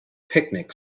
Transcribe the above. picnic